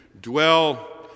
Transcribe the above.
dwell